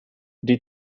die